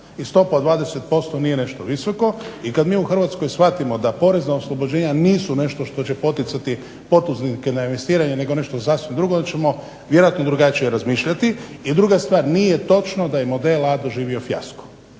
i stopa od 20% nije nešto visoko. I kad mi u Hrvatskoj shvatimo da porezna oslobođenja nisu nešto što će poticati poduzetnike na investiranje nego nešto sasvim drugo onda ćemo vjerojatno drugačije razmišljati. I druga stvar, nije točno da je model A doživio fijasko.